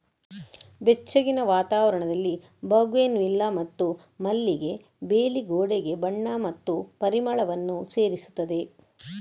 ಬೆಚ್ಚಗಿನ ವಾತಾವರಣದಲ್ಲಿ ಬೌಗೆನ್ವಿಲ್ಲಾ ಮತ್ತು ಮಲ್ಲಿಗೆ ಬೇಲಿ ಗೋಡೆಗೆ ಬಣ್ಣ ಮತ್ತು ಪರಿಮಳವನ್ನು ಸೇರಿಸುತ್ತದೆ